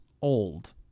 old